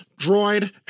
droid